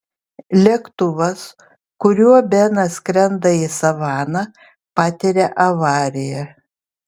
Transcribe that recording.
lėktuvas kuriuo benas skrenda į savaną patiria avariją